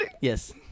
Yes